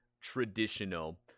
traditional